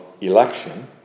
election